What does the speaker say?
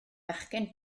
fachgen